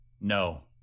No